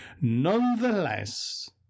Nonetheless